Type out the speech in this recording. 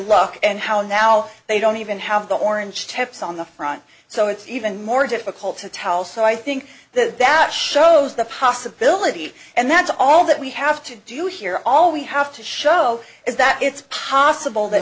luck and how now they don't even have the orange tips on the front so it's even more difficult to tell so i think that that shows the possibility and that's all that we have to do here all we have to show is that it's possible that